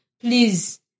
please